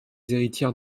héritières